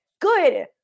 Good